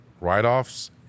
write-offs